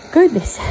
Goodness